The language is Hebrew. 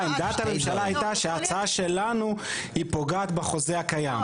אם דעת הממשלה הייתה שההצעה שלנו היא פוגעת בחוזה הקיים.